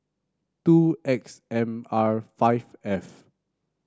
two X M R five F